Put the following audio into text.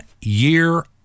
year